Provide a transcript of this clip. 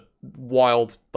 wild